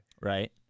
Right